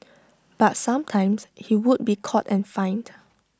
but sometimes he would be caught and fined